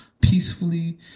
Peacefully